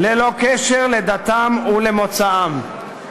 ללא קשר לדתם ולמוצאם.